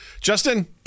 Justin